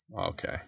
Okay